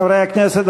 חברי הכנסת,